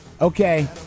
Okay